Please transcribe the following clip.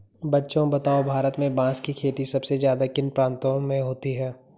बच्चों बताओ भारत में बांस की खेती सबसे ज्यादा किन प्रांतों में होती है?